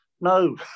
No